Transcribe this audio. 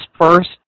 first